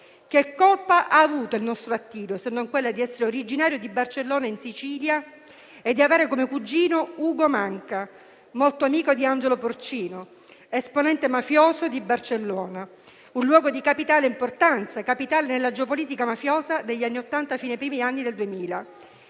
Che colpa ha avuto il nostro Attilio, se non quella di essere originario di Barcellona in Sicilia e di avere come cugino Ugo Manca, molto amico di Angelo Porcino, esponente mafioso di Barcellona, un luogo di capitale importanza nella geopolitica mafiosa degli anni Ottanta fino ai primi anni del 2000?